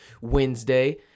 Wednesday